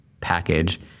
package